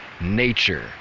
nature